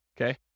okay